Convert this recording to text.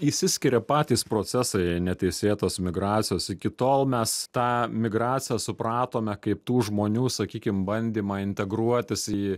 išsiskiria patys procesai neteisėtos migracijos iki tol mes tą migraciją supratome kaip tų žmonių sakykim bandymą integruotis į